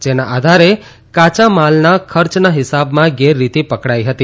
જેના આધારે કાયા માલના ખર્યના હિસાબમાં ગેરરિતી પકડાઇ હતી